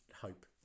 hope